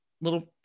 Little